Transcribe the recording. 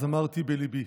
אמרתי בליבי: